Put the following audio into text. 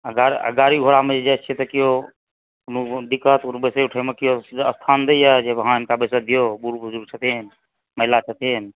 आ गाड़ी घोड़ा मे जे जाइ छियै तऽ केओ कोनो दिक्कत बैसय उठै मे केओ स्थान दैया जे हॅं हिनका बैठऽ दियौ बुढ बुजुर्ग छथिन महिला छथिन